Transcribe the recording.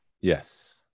Yes